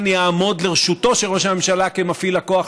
יעמוד לרשותו של ראש הממשלה כמפעיל הכוח,